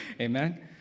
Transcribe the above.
Amen